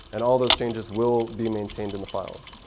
and all those changes will be maintained in the files.